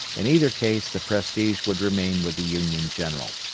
in either case the prestige would remain with the union general.